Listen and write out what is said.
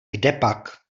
kdepak